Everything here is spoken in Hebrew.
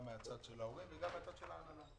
מהצד של ההורים וגם מהצד של ההנהלה.